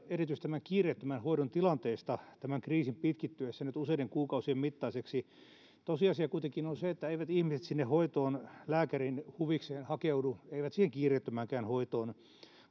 erityisesti tämän kiireettömän hoidon tilanteesta kriisin pitkittyessä nyt useiden kuukausien mittaiseksi tosiasia kuitenkin on se että eivät ihmiset sinne hoitoon lääkäriin huvikseen hakeudu eivät siihen kiireettömäänkään hoitoon